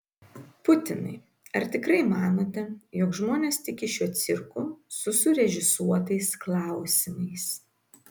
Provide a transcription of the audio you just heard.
putinai ar tikrai manote jog žmonės tiki šiuo cirku su surežisuotais klausimais